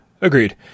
Agreed